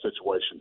situation